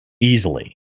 Easily